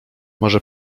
może